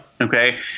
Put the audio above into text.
Okay